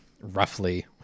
roughly